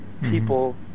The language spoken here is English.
people